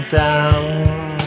down